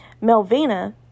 Melvina